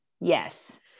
Yes